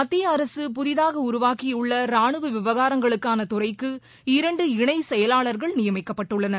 மத்திய அரசு புதிதாக உருவாக்கியுள்ள ரானுவ விவகாரங்களுக்கான துறைக்கு இரண்டு இணை செயலாளர்கள் நியமிக்கப்பட்டுள்ளனர்